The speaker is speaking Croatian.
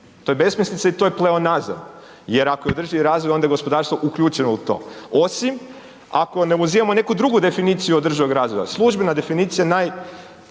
To je besmislica i to je pleonazam jer ako je održivi razvoj onda je gospodarstvo uključeno u to. Osim, ako ne uzimamo neku drugu definiciju održivog razvoja. Službena definicija